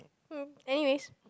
uh anyways